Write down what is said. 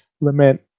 Lament